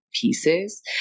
pieces